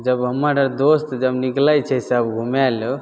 जब हमर दोस्त जब निकलै छै सभ घुमैले